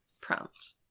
prompt